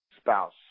spouse